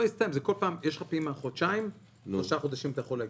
יש לך פעימה חודשיים שלושה חודשים אתה יכול להגיש.